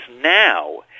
now